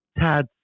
tad